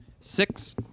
Six